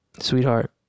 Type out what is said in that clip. sweetheart